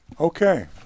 Okay